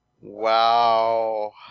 Wow